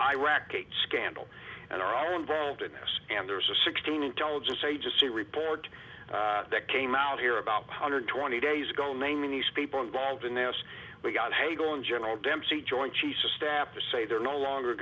iraqi scandal and are involved in this and there's a sixteen intelligence agency report that came out here about one hundred twenty days ago naming these people involved in this we got hey go in general dempsey joint chiefs of staff to say they're no longer